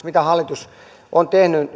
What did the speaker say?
mitä uutta hallitus on tehnyt